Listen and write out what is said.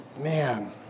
Man